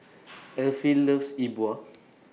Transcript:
Elfie loves E Bua